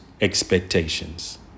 expectations